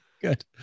good